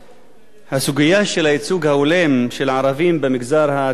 הסוגיה של הייצוג ההולם של הערבים במגזר הציבורי,